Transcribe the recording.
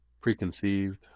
preconceived